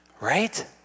Right